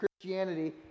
Christianity